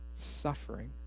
Suffering